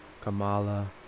kamala